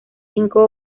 cinco